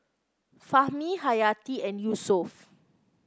Fahmi Hayati and Yusuf